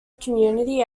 community